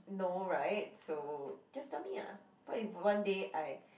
no right so just tell me ah what if one day I